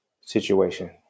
situation